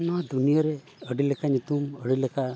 ᱱᱚᱣᱟ ᱫᱩᱱᱤᱭᱟᱹᱨᱮ ᱟᱹᱰᱤ ᱞᱮᱠᱟ ᱧᱩᱛᱩᱢ ᱟᱹᱰᱤ ᱞᱮᱠᱟ